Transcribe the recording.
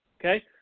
okay